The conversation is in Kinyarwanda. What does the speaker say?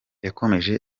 yakomeje